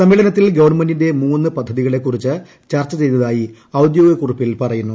സമ്മേളനത്തിൽ ഗവൺമെന്റിന്റെ മൂന്ന് പദ്ധതികളെക്കുറിച്ച് ചർച്ച ചെയ്തതായി ഔദ്യോഗിക കുറിപ്പിൽ പറയുന്നു